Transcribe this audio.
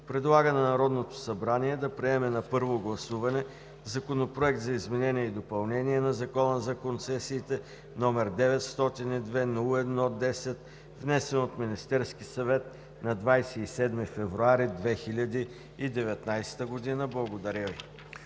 предлага на Народното събрание да приеме на първо гласуване Законопроект за изменение и допълнение на Закона за концесиите, № 902-01-10, внесен от Министерския съвет на 27 февруари 2019 г.“ Благодаря Ви.